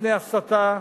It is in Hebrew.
מפני הסתה,